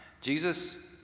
Jesus